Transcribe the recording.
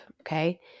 okay